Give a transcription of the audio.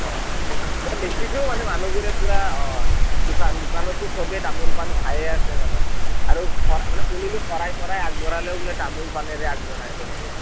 অঁ মই দেখিছোঁ মানে মানুহবোৰে পূৰা দোকান দোকানত যে চবেই তামোল পাণ খায়ে আছে মানে আৰু শ শুনিলোঁ শৰাই চৰাই আগবঢ়ালেও বোলে তামোল পানেৰে আগবঢ়ায় তেনেকৈ